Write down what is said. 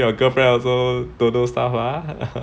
your girlfriend also don't know stuff ah